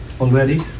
already